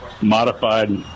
Modified